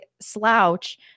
slouch